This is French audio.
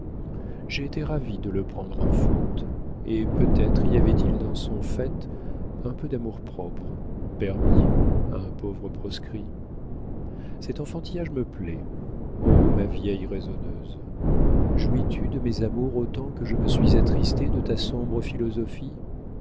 j'ai été ravie de le prendre en faute et peut-être y avait-il dans son fait un peu d'amour-propre permis à un pauvre proscrit cet enfantillage me plaît o ma vieille raisonneuse jouis tu de mes amours autant que je me suis attristée de ta sombre philosophie